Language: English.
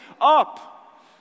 up